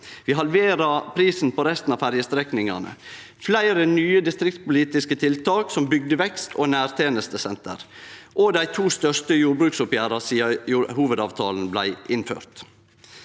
vi halverer prisen på resten av ferjestrekningane. Vi har fleire nye distriktspolitiske tiltak, som bygdevekst og nærtenestesenter, og dei to største jordbruksoppgjera sidan hovudavtalen blei innført.